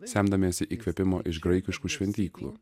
semdamiesi įkvėpimo iš graikiškų šventyklų